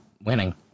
winning